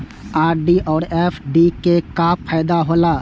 RD और FD के का फायदा हौला?